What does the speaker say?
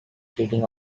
cheating